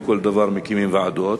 לכל דבר מקימים ועדות,